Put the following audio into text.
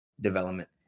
development